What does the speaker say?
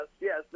yes